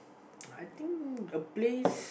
I think a place